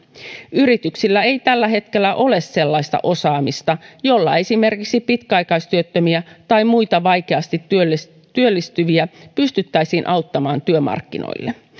yrityksillä ei tällä hetkellä ole sellaista osaamista jolla esimerkiksi pitkäaikaistyöttömiä tai muita vaikeasti työllistyviä työllistyviä pystyttäisiin auttamaan työmarkkinoille